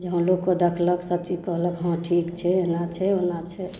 जे हँ लोको देखलक सब चीज कहलक हँ ठीक छै एना छै ओना छै